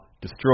destroy